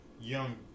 Young